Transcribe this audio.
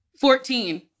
fourteen